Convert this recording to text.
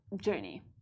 journey